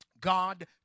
God